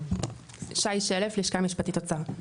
שי שלף, לשכה משפטית אוצר.